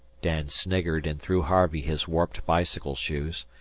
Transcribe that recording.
dan sniggered, and threw harvey his warped bicycle shoes.